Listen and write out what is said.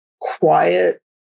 quiet